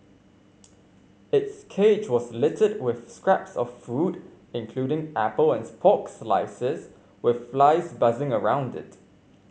its cage was littered with scraps of food including apple and slices with flies buzzing around it